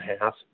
half